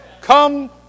Come